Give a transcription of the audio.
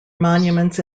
monuments